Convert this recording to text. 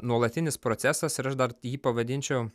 nuolatinis procesas ir aš dar jį pavadinčiau